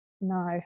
no